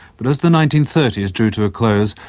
but as the nineteen thirty s drew to a close,